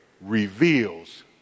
reveals